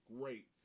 great